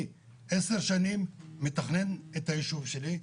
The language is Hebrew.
אני עשר שנים מתכנן את הישוב שלי,